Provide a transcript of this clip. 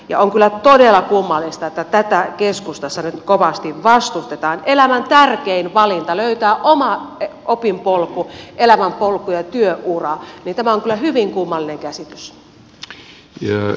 on kyllä todella kummallista että tätä keskustassa nyt kovasti vastustetaan kun elämän tärkein valinta on löytää oma opinpolku elämänpolku ja työura niin tämä on kyllä hyvin kummallinen käsitys